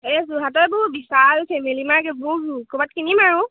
এই যোৰহাটৰ এইবােৰ বিশাল ফেমিলি মাৰ্ট এইবোৰ ক'বাত কিনিম আৰু